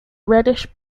reddish